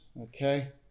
okay